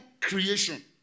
creation